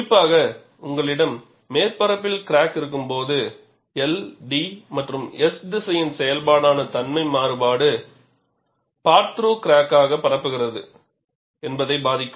குறிப்பாக உங்களிடம் மேற்பரப்பில் கிராக் இருக்கும்போது L D மற்றும் S திசையின் செயல்பாடான தன்மை மாறுபாடு பார்ட் த்ரூ கிராக்காக எவ்வாறு பரப்புகிறது என்பதைப் பாதிக்கும்